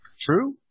True